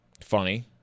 Funny